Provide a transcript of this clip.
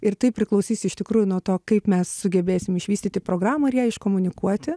ir tai priklausys iš tikrųjų nuo to kaip mes sugebėsim išvystyti programą ir ją iškomunikuoti